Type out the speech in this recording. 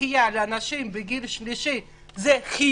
שחייה בגיל השלישי היא חיונית,